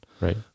Right